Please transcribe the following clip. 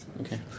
Okay